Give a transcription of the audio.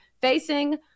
facing